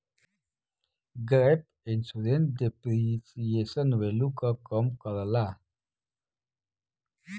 gap insurance depreciation value क कम करला